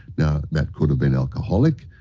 now, that could've been alcoholic,